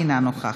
אינה נוכחת,